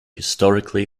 historically